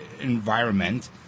environment